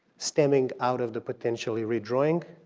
stemming out of the potentially redrawing